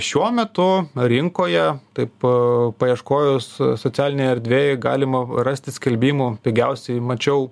šiuo metu rinkoje taip paieškojus socialinėj erdvėj galima rasti skelbimų pigiausiai mačiau